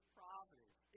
providence